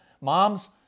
Moms